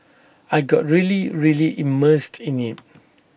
I got really really immersed in IT